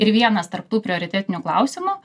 ir vienas tarp tų prioritetinių klausimų